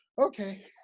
Okay